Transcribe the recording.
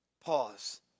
pause